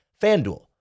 FanDuel